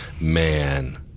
man